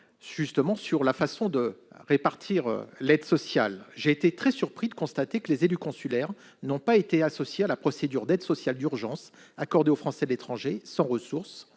portant sur la façon de répartir l'aide sociale :« J'ai été très surpris de constater que les élus consulaires n'ont pas été associés à la procédure d'aide sociale d'urgence accordée aux Français de l'étranger sans ressources.